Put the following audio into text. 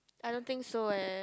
I don't think so eh